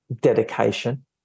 dedication